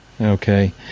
Okay